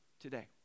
today